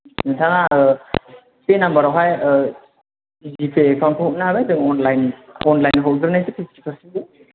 नोंथाङा बे नाम्बारावहाय जि पे एकाउन्टखौ हरनो हागोन अनलाइन अनलाइन हरग्रोनायसै फिफटि पारसेन्टखौ